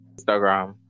Instagram